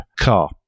car